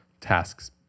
tasks